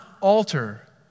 alter